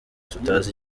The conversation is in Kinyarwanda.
tutazi